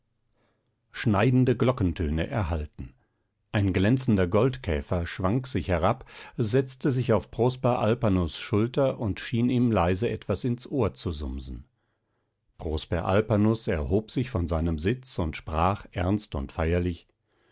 schneidende glockentöne erhallten ein glänzender goldkäfer schwang sich herab setzte sich auf prosper alpanus schulter und schien ihm leise etwas ins ohr zu sumsen prosper alpanus erhob sich von seinem sitz und sprach ernst und feierlich